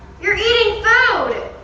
you're eating food!